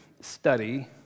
study